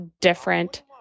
different